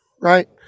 right